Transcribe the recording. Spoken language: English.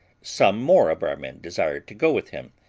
some more of our men desired to go with him,